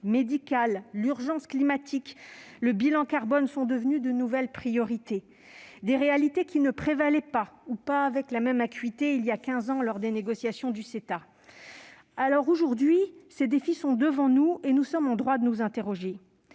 médicale, l'urgence climatique et le bilan carbone sont devenus de nouvelles priorités. Ces réalités n'avaient pas la même acuité voilà quinze ans, lors des négociations du CETA. Aujourd'hui, ces défis sont devant nous, et nous sommes en droit de nous interroger